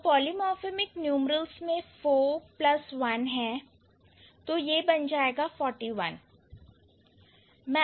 तो polymorphemic numerals में four plus one है तो यह बन जाएगा forty one